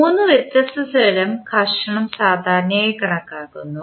3 വ്യത്യസ്ത തരം ഘർഷണം സാധാരണയായി കണക്കാക്കുന്നു